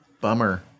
Bummer